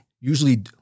usually